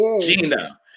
Gina